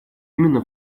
именно